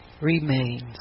remains